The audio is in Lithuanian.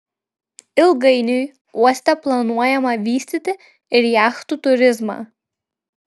ilgainiui uoste planuojama vystyti ir jachtų turizmą